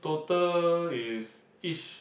total is each